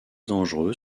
dangereux